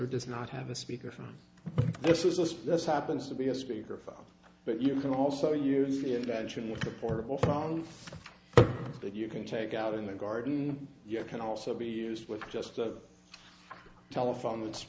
or does not have a speaker from this is this happens to be a speaker phone but you can also use the invention with a portable phone that you can take out in the garden you can also be used with just a telephone